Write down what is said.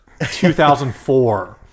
2004